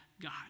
God